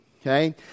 Okay